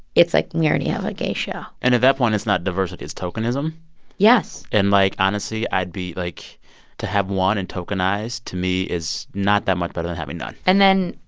it's like, we already have a gay show and at that point, it's not diversity. it's tokenism yes and like, honestly, i'd be, like to have one and tokenized, to me, is not that much better than having none and then,